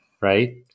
right